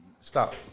stop